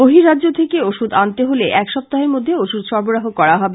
বর্হি রাজ্য থেকে ওষুধ আনতে হলে এক সপ্তাহের মধ্যে ওষুধ সরবরাহ করা হবে